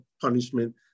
punishment